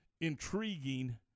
intriguing